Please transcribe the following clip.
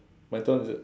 my turn is it